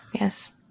Yes